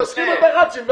תסכים לדח"צים,